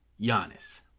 Giannis